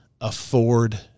afford